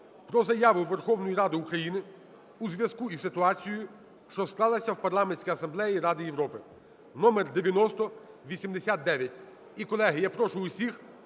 про Заяву Верховної Ради України у зв'язку із ситуацією, що склалася в Парламентській асамблеї Ради Європи (№9089). І колеги, я прошу всіх